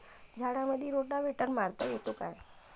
झाडामंदी रोटावेटर मारता येतो काय?